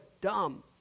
dumb